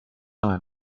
عمل